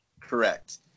Correct